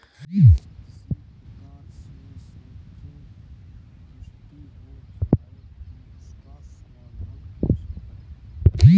किसी प्रकार से सांख्यिकी त्रुटि हो जाए तो उसका समाधान कैसे करें?